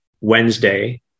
Wednesday